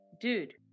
dude